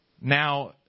now